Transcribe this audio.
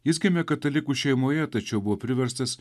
jis gimė katalikų šeimoje tačiau buvo priverstas